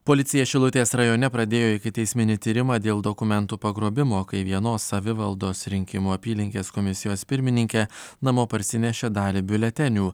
policija šilutės rajone pradėjo ikiteisminį tyrimą dėl dokumentų pagrobimo kai vienos savivaldos rinkimų apylinkės komisijos pirmininkė namo parsinešė dalį biuletenių